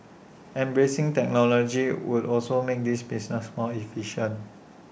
embracing technology would also make this business more efficient